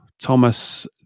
Thomas